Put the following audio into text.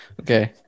Okay